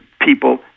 people